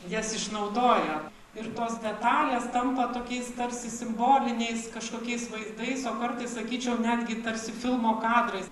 jas išnaudojo ir tos detalės tampa tokiais tarsi simboliniais kažkokiais vaizdais o kartais sakyčiau netgi tarsi filmo kadrais